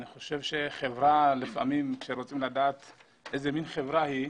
אני חושב שחברה, כשרוצים לדעת איזו חברה היא,